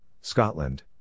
Scotland